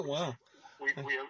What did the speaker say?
Wow